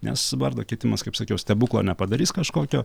nes vardo keitimas kaip sakiau stebuklo nepadarys kažkokio